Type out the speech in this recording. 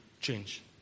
change